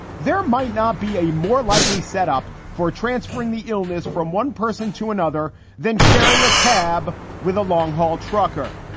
there might not be a more likely setup for transferring the illness from one person to another than sharing a cab with a long haul trucker.